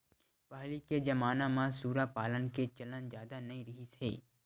पहिली के जमाना म सूरा पालन के चलन जादा नइ रिहिस हे